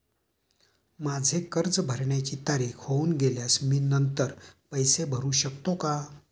माझे कर्ज भरण्याची तारीख होऊन गेल्यास मी नंतर पैसे भरू शकतो का?